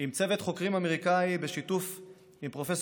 עם צוות חוקרים אמריקני בשיתוף עם פרופ'